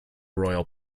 royal